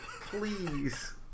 Please